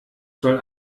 soll